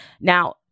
Now